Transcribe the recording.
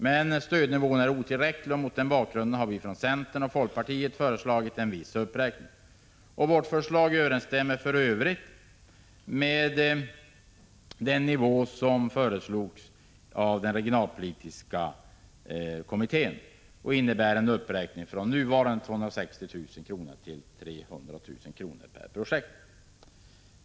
Men stödnivån är otillräcklig, och mot den bakgrunden har vi från centern och folkpartiet föreslagit en viss uppräkning. Vårt förslag överensstämmer för övrigt med den nivå som föreslogs av den regionalpolitiska kommittén och innebär en uppräkning från nuvarande 260 000 kr. till 300 000 kr. per projekt.